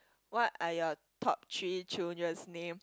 what are your top three children's name